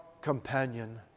companion